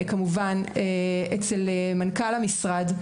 אצל מנכ"ל המשרד,